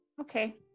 Okay